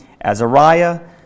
Azariah